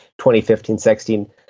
2015-16